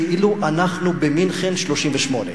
כאילו אנחנו במינכן 1938,